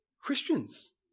Christians